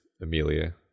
Amelia